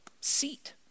seat